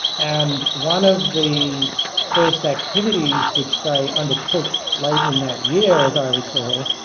and one of the first activities which they undertook late in that year, as i recall,